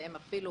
שהם אפילו